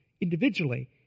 individually